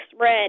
red